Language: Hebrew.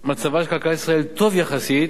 מצבה של כלכלת ישראל טוב יחסית,